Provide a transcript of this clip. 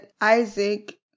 Isaac